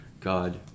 God